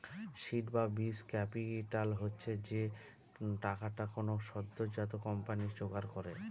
seed বা বীজ capital হচ্ছে যে টাকাটা কোনো সদ্যোজাত কোম্পানি জোগাড় করে